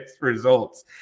results